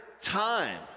time